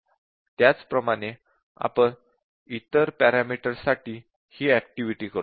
त्याचप्रमाणे आपण इतर पॅरामीटर्ससाठी ही ऍक्टिव्हिटी करतो